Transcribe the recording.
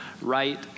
right